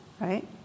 Right